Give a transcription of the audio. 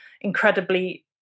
incredibly